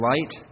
light